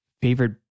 favorite